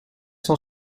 cent